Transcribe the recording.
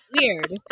Weird